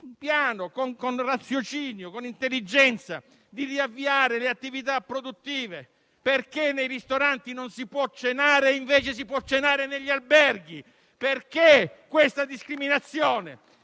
consentire, con raziocinio e con intelligenza, di riavviare le attività produttive. Perché nei ristoranti non si può cenare e invece si può cenare negli alberghi? Perché questa discriminazione?